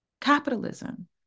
capitalism